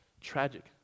tragic